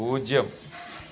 പൂജ്യം